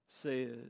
Says